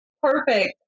Perfect